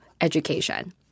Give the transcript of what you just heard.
education